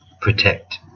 protect